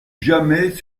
jamais